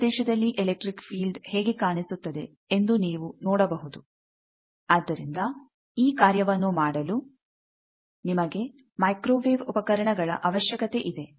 ಭೂಪ್ರದೇಶದಲ್ಲಿ electric field ಹೇಗೆ ಕಾಣಿಸುತ್ತದೆ ಎಂದು ನೀವು ನೋಡಬಹುದು ಆದ್ದರಿಂದ ಈ ಕಾರ್ಯವನ್ನು ಮಾಡಲು ನಿಮಗೆ ಮೈಕ್ರೋವೇವ್ ಉಪಕರಣಗಳ ಅವಶ್ಯಕತೆ ಇದೆ